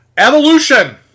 Evolution